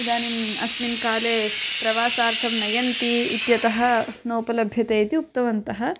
इदानीम् अस्मिन् काले प्रवासार्थं नयन्ति इत्यतः नोपलभ्यते इति उक्तवन्तः